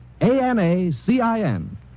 A-N-A-C-I-N